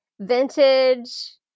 vintage